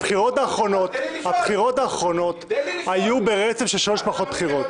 הבחירות האחרונות היו ברצף של שלוש מערכות בחירות.